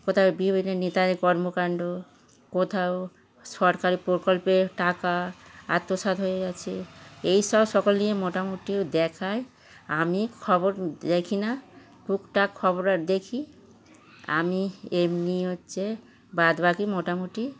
কোথাও বিভিন্ন নেতাদের কর্মকাণ্ড কোথাও সরকারি প্রকল্পের টাকা আত্মস্বাৎ হয়ে গিয়েছে এই সব সকল নিয়ে মোটামুটি ও দেখায় আমি খবর দেখি না টুকটাক খবর আর দেখি আমি এমনি হচ্ছে বাদ বাকি মোটামুটি